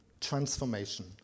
transformation